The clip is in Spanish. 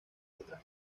otras